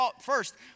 First